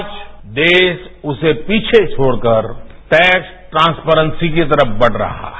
आज देश उसे पीछे छोड़कर टैक्स ट्रांसपेरेसी की तरफ बढ रहा है